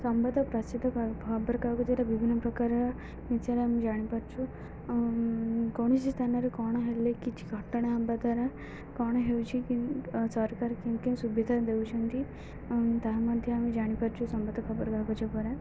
ସମ୍ବାଦ ପ୍ରସିଦ୍ଧ ଖବରକାଗଜରେ ବିଭିନ୍ନ ପ୍ରକାର ବିଷୟରେ ଆମେ ଜାଣିପାରୁଛୁ କୌଣସି ସ୍ଥାନରେ କଣ ହେଲେ କିଛି ଘଟଣା ହେବା ଦ୍ୱାରା କଣ ହେଉଛି କି ସରକାର କେ କେ ସୁବିଧା ଦେଉଛନ୍ତି ତାହା ମଧ୍ୟ ଆମେ ଜାଣିପାରୁଛୁ ସମ୍ବାଦ ଖବରକାଗଜ ଦ୍ୱାରା